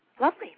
lovely